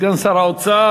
סגן שר האוצר,